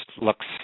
looks